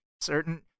certain